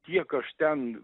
kiek aš ten